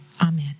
Amen